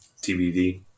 TBD